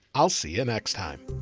i'll see you next time.